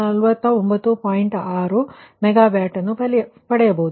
6 megawatt ಪಡೆಯಬಹುದು